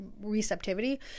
receptivity